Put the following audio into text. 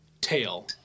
Tail